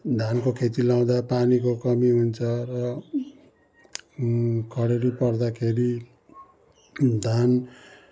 धानको खेती लगाउँदा पानीको कमी हुन्छ र खडेरी पर्दाखेरि धान